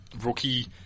rookie